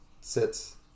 sits